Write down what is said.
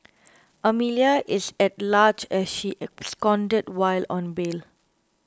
Amelia is at large as she absconded while on bail